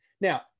now